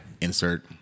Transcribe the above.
Insert